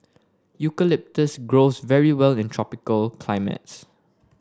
eucalyptus grows very well in tropical climates